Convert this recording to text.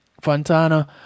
Fontana